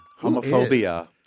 homophobia